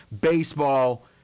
Baseball